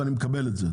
ואני מקבל את זה.